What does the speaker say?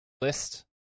list